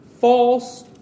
false